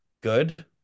good